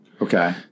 Okay